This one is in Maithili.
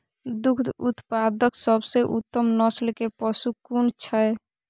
दुग्ध उत्पादक सबसे उत्तम नस्ल के पशु कुन छै?